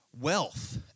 wealth